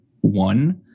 one